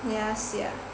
ya sia